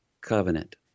covenant